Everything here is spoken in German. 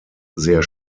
sehr